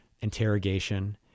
interrogation